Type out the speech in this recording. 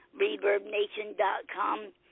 ReverbNation.com